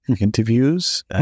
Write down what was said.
interviews